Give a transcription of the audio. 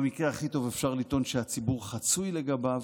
במקרה הכי טוב אפשר לטעון שהציבור חצוי לגביו,